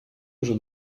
уже